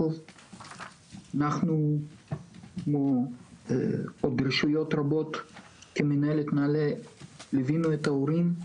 אנחנו ועוד רשויות רבות כמנהלת נעל"ה ליווינו את ההורים.